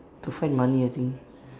to find money I think